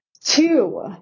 Two